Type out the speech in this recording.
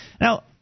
Now